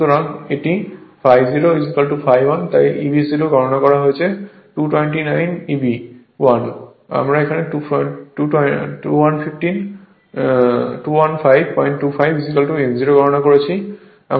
সুতরাং যদি এটি ∅0 ∅1 তাই Eb 0 গণনা করা হয়েছে 229 Eb 1 আমরা 21525 n 0 গণনা করেছি